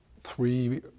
three